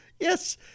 yes